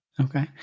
Okay